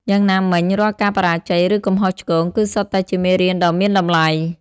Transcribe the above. យ៉ាងណាមិញ រាល់ការបរាជ័យ ឬកំហុសឆ្គង គឺសុទ្ធតែជាមេរៀនដ៏មានតម្លៃ។